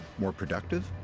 more productive?